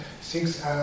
six